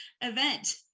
event